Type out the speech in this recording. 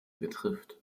betrifft